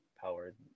powered